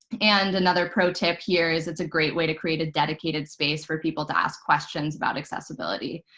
and another pro tip here is it's a great way to create a dedicated space for people to ask questions about accessibility.